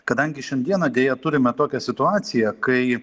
kadangi šiandieną deja turime tokią situaciją kai